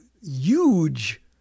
huge